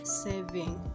saving